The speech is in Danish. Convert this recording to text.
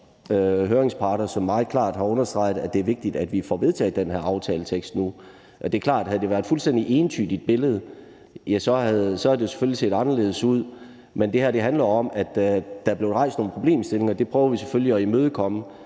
høringsparter, som meget klart har understreget, at det er vigtigt, at vi får vedtaget den her aftale nu. Det er klart, at hvis det havde været et fuldstændig entydigt billede, havde det jo selvfølgelig set anderledes ud. Men det her handler om, at der er blevet rejst nogle problemstillinger, og det prøver vi selvfølgelig at imødekomme